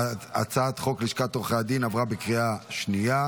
שהצעת חוק לשכת עורכי הדין עברה בקריאה שנייה.